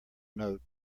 note